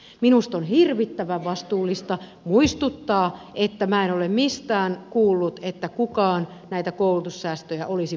minusta on hirvittävän vastuullista muistuttaa että minä en ole mistään kuullut että kukaan näitä koulutussäästöjä olisi perumassa